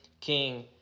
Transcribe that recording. King